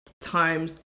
times